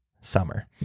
summer